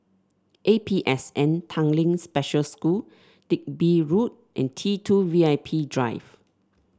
A P S N Tanglin Special School Digby Road and T two V I P Drive